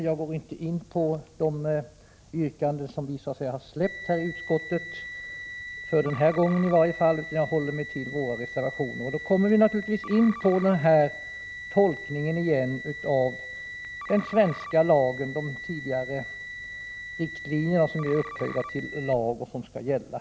Jag går inte in på de yrkanden som vi har släppt vid utskottsbehandlingen, åtminstone för den här gången, utan jag håller mig till våra reservationer. Då kommer vi återigen in på tolkningen av de tidigare riktlinjer som är upphöjda till lag och som skall gälla.